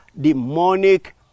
demonic